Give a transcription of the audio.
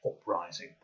Uprising